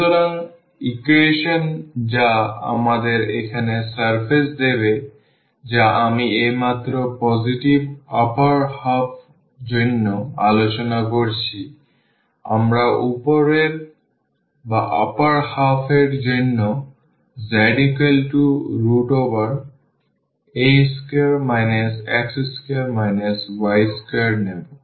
সুতরাং ইভালুয়েশন যা আমাদের এখানে সারফেস দেবে যা আমি এইমাত্র পজিটিভ উপরের অর্ধের জন্য আলোচনা করেছি আমরা উপরের অর্ধের জন্য za2 x2 y2 নেব